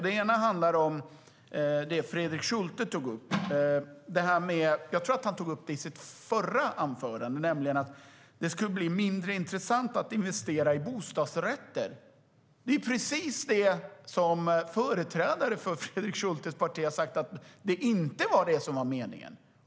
Det ena handlar om det som Fredrik Schulte tog upp i ett tidigare inlägg, nämligen att det skulle bli mindre intressant att investera i bostadsrätter. Det är precis det som företrädare för Fredrik Schultes parti har sagt inte var meningen.